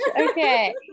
Okay